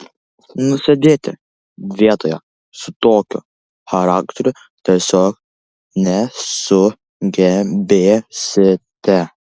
nusėdėti vietoje su tokiu charakteriu tiesiog nesugebėsite